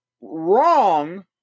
wrong